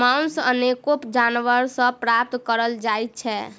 मौस अनेको जानवर सॅ प्राप्त करल जाइत छै